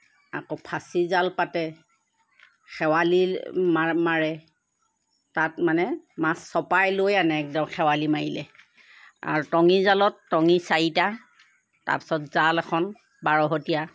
আকৌ ফাচি জাল পাতে খেৱালি মাৰ মাৰে তাত মানে মাছ চপাই লৈ আনে একদল খেৱালি মাৰিলে আৰু টঙি জালত টঙি চাৰিটা তাৰপিছত জাল এখন বাৰহতীয়া